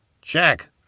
Check